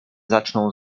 zaczną